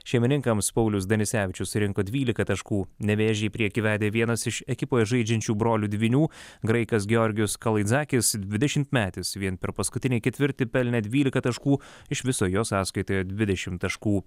šeimininkams paulius danisevičius surinko dvylika taškų nevėžį į priekį vedė vienas iš ekipoje žaidžiančių brolių dvynių graikas georgijus kalaitzakis dvidešimtmetis vien per paskutinį ketvirtį pelnė dvylika taškų iš viso jo sąskaitoje dvidešim taškų